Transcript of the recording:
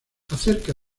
acerca